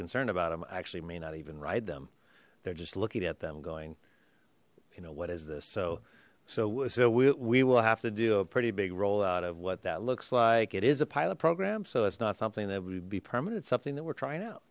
concerned about them actually may not even ride them they're just looking at them going you know what is this so so so we we will have to do a pretty big roll out of what that looks like it is a pilot program so it's not something that would be permanent it's something that we're trying out